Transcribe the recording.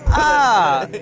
ah,